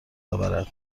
اورد